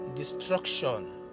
destruction